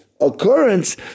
occurrence